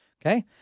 Okay